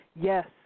yes